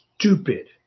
stupid